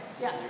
Yes